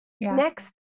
next